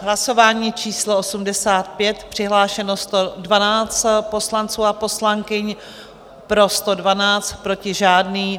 Hlasování číslo 85, přihlášeno 112 poslanců a poslankyň, pro 112, proti žádný.